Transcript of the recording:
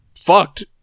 fucked